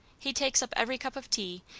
he takes up every cup of tea,